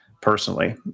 personally